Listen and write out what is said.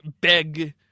beg